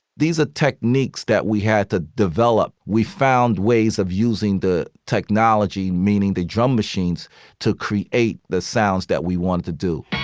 these are techniques that we had to develop. we found ways of using the technology, meaning the drum machines to create the sounds that we want to do